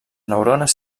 neurones